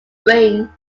spring